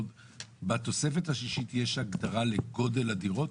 להבין, בתוספת השישית יש הגבלה לגודל הדירות?